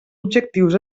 objectius